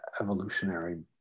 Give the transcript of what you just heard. evolutionary